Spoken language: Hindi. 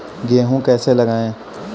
गेहूँ कैसे लगाएँ?